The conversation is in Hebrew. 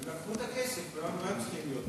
הם לקחו את הכסף, למה הם צריכים להיות?